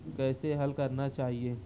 کیسے حل کرنا چاہیے